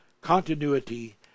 continuity